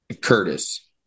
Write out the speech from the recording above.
Curtis